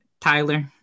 Tyler